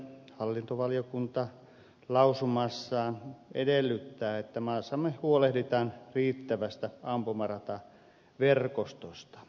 hallintovaliokunta lausumassaan edellyttää että maassamme huolehditaan riittävästä ampumarataverkostosta